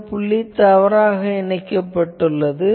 இந்த புள்ளி இவ்வாறாக இணைக்கப்பட்டுள்ளது